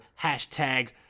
Hashtag